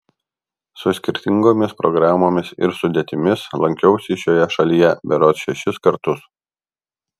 su skirtingomis programomis ir sudėtimis lankiausi šioje šalyje berods šešis kartus